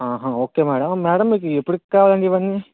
okay madam madam మీకెప్పుడిక్కావాలండి ఇవన్నీ